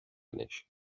anois